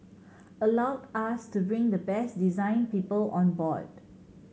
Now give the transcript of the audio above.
allowed us to bring the best design people on board